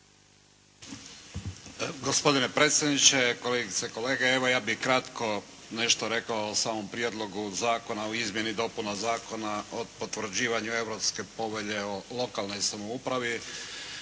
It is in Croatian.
Gospodine predsjedniče, kolegice i kolege. Evo, ja bih kratko nešto rekao o samom Prijedlogu zakona o izmjeni dopuna Zakona o potvrđivanju Europske povelje o lokalnoj samoupravi.